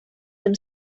tym